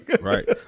Right